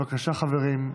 בבקשה, חברים.